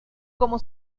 como